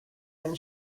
them